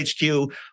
HQ